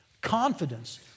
Confidence